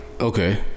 Okay